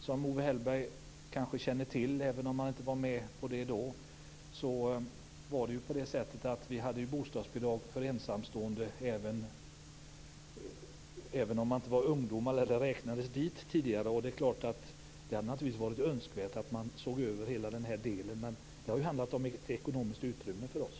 Som Owe Hellberg kanske känner till - även om han inte var med då - fanns det bostadsbidrag för ensamstående även om de inte räknades till ungdom. Det hade naturligtvis varit önskvärt att man såg över hela den här delen, men det har handlat mycket om ekonomiskt utrymme för oss.